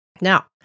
Now